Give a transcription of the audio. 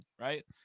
right